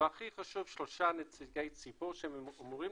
והכי חשוב שלושה נציגי ציבור שאמורים